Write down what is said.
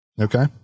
Okay